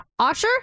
osher